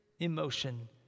emotion